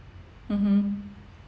mmhmm